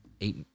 eight